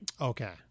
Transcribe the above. Okay